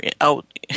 out